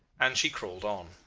and she crawled on,